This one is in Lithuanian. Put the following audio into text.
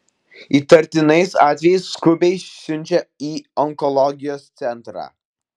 įtartinais atvejais skubiai siunčia į onkologijos centrą